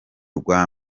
rwa